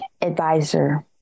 advisor